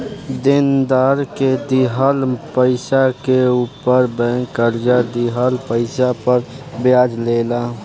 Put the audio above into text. देनदार के दिहल पइसा के ऊपर बैंक कर्जा दिहल पइसा पर ब्याज ले ला